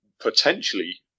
potentially